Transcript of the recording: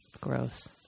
Gross